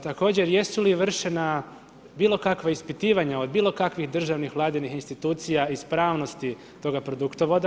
Također jesu li vršena bilo kakva ispitivanja od bilo kakvih državnih vladinih institucija ispravnosti toga produktovoda?